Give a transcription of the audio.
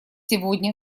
сегодня